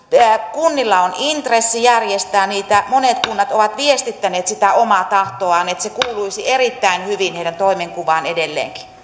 kunnilla on intressi järjestää niitä monet kunnat ovat viestittäneet sitä omaa tahtoaan että se kuuluisi erittäin hyvin heidän toimenkuvaansa edelleenkin